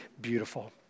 beautiful